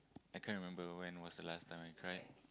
I can't remember when was the last time I cried